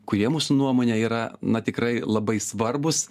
kurie mūsų nuomone yra na tikrai labai svarbūs